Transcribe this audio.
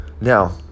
Now